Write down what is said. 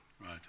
Right